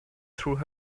through